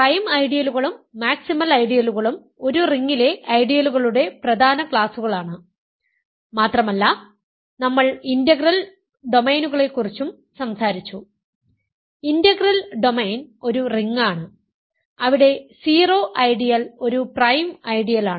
prime ഐഡിയലുകളും maximal ഐഡിയലുകളും ഒരു റിംഗിലെ ഐഡിയലുകളുടെ പ്രധാന ക്ലാസുകളാണ് മാത്രമല്ല നമ്മൾ ഇന്റഗ്രൽ ഡൊമെയ്നുകളെക്കുറിച്ചും സംസാരിച്ചു ഇന്റഗ്രൽ ഡൊമെയ്ൻ ഒരു റിംഗാണ് അവിടെ സീറോ ഐഡിയൽ ഒരു പ്രൈം ഐഡിയലാണ്